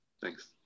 Thanks